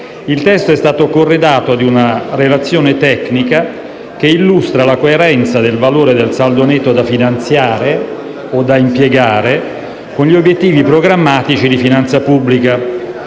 Il testo è stato corredato di una relazione tecnica che illustra la coerenza del valore del saldo netto da finanziare (o da impiegare) con gli obiettivi programmatici di finanza pubblica.